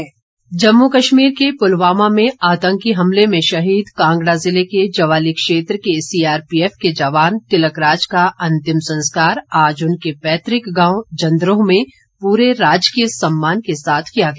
अंतिम संस्कार जम्मू कश्मीर के पुलवामा में आतंकी हमले में शहीद कांगड़ा ज़िले के ज्वाली क्षेत्र के सीआरपीएफ के जवान तिलकराज का अंतिम संस्कार आज उनके पैतुक गांव जन्द्रो में पूरे राजकीय सम्मान के साथ किया गया